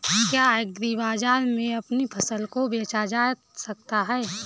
क्या एग्रीबाजार में अपनी फसल को बेचा जा सकता है?